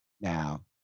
Now